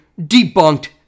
debunked